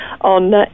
on